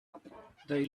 they